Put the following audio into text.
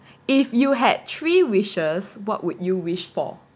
if you had three wishes what would you wish for